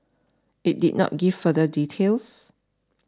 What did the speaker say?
it did not give further details